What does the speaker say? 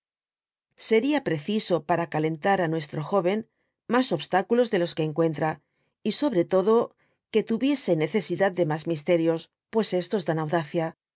seria preciso para calentar á nuestro joven mas obstáculos de los que encuentra y sobre todo que tuviese necesidad de mas misterios pues estos dan audacia